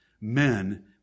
men